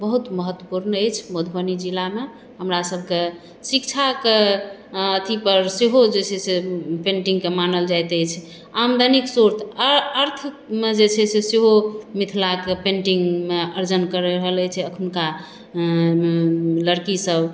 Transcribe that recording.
बहुत महत्वपूर्ण अछि मधुबनी जिलामे हमरा सभकेँ शिक्षाके अथि पर सेहो जे छै से पेन्टिङ्गके मानल जाइत अछि आमदनीके श्रोत अर्थमे जे छै से सेहो मिथिलाके पेन्टिङ्गमे अर्जन कऽ रहल अछि अखुनका लड़की सभ